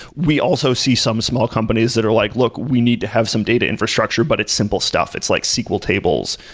we also see some small companies that are like, look, we need to have some data infrastructure, but it's simple stuff. it's like sql tables.